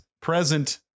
present